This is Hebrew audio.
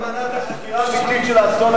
אתה מנעת חקירה אמיתית של האסון הזה,